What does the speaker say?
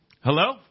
Hello